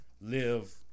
live